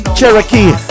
Cherokee